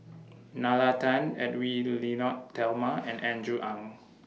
Nalla Tan Edwy Lyonet Talma and Andrew Ang